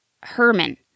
Herman